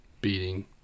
beating